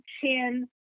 chin